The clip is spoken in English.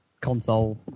console